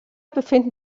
befinden